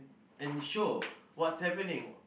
and show what is happening